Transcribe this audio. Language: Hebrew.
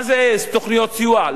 מה זה תוכניות סיוע?